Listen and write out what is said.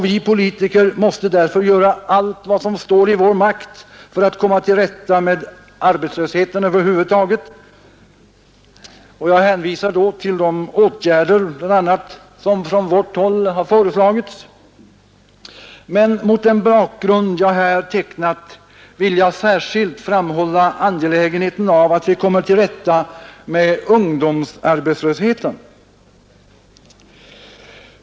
Vi politiker måste därför göra allt vad som står i vår makt för att komma till rätta med arbetslösheten över huvud taget — jag hänvisar till de åtgärder som föreslagits från vårt håll — men mot den bakgrund som jag här tecknat vill jag särskilt framhålla angelägenheten av att vi kommer till rätta med ungdomsarbetslösheten.